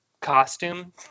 Costume